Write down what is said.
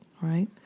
right